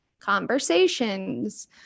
conversations